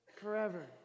forever